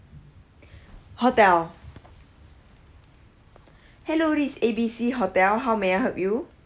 hotel hello this is A_B_C hotel how may I help you